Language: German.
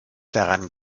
daran